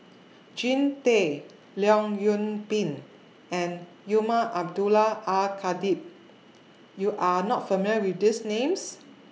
Jean Tay Leong Yoon Pin and Umar Abdullah Al Khatib YOU Are not familiar with These Names